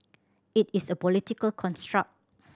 it is a political construct